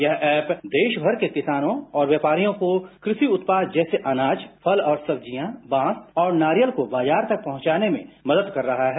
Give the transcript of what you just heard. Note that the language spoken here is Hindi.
यह ऐप देशभर के किसानों और व्यापारियों को कृषि उत्पाद जैसे अनाज फल और सब्जियां बांस और नारियल को बाजार तक पहुंचाने में मदद कर रहा है